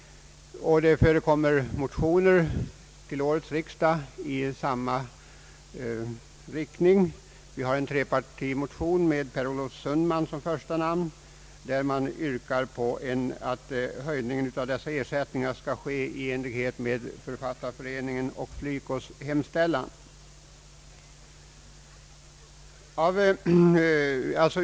Det förekommer motioner till årets riksdag i samma riktning. Vi har en trepartimotion med Per Olof Sundman som första namn, där man yrkar att en höjning av dessa ersättningar skall ske i enlighet med Författarföreningens och FLYCO:s hemställan.